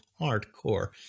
hardcore